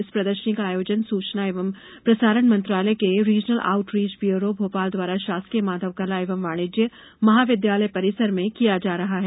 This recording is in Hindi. इस प्रदर्शनी का आयोजन सूचना और प्रसारण मंत्रालय के regional outreach bureau Bhopal द्वारा शासकीय माधव कला एवं वाणिज्य महाविद्यालय परिसर में किया जा रहा है